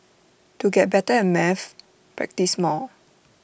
to get better at maths practise more